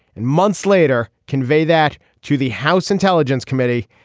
and months later convey that to the house intelligence committee.